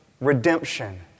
redemption